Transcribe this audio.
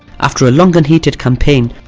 after a long and heated campaign,